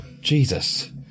Jesus